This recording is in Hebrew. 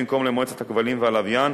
במקום למועצת הכבלים והלוויין,